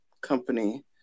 company